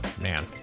man